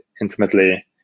intimately